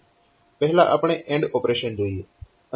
પહેલા આપણે AND operation જોઈએ